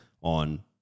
on